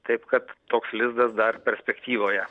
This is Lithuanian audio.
taip kad toks lizdas dar perspektyvoje